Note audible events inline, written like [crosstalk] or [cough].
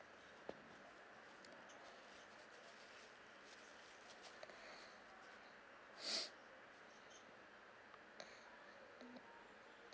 [breath] [breath] [breath]